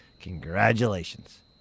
Congratulations